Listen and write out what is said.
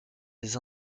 des